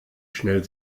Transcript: schnell